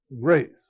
grace